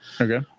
Okay